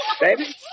Baby